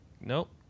Nope